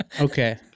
Okay